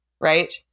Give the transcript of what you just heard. Right